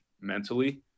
mentally